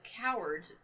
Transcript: cowards